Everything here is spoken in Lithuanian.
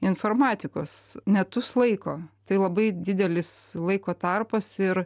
informatikos metus laiko tai labai didelis laiko tarpas ir